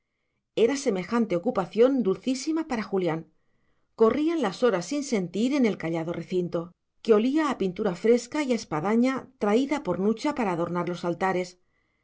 era semejante ocupación dulcísima para julián corrían las horas sin sentir en el callado recinto que olía a pintura fresca y a espadaña traída por nucha para adornar los altares